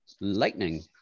Lightning